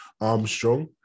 Armstrong